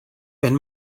wenn